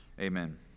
Amen